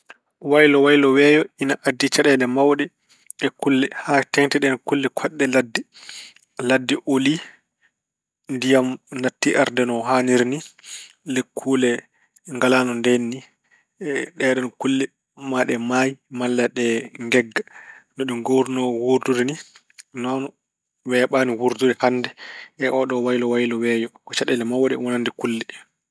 Waylo waylo weeyo ine addi caɗeele mawɗe e kulle haa teeŋti e ɗeen kulle koɗɗe ladde. Ladde olii, ndiyam natti arde no haaniri ni, lekkuule ngalaa no deen ni. Ɗeeɗoon kulle, maa ɗe maayi malla ɗe ngegga. No ɗe ngooruno wuurde ni, noon weeɓaani wuurde hannde e oɗoon waylo waylo weeyo. Ko caɗeele mawɗe wonande kulle.